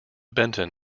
benton